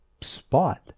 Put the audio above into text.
spot